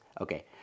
Okay